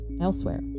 elsewhere